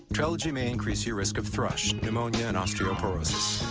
trelegy may increase your risk of thrush, pneumonia, and osteoporosis.